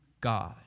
God